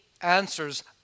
answers